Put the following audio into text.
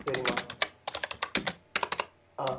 சரிம்மா ஆ